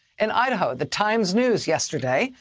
in idaho, the times news yesterday,